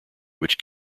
which